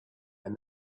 and